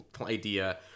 idea